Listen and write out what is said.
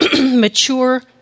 mature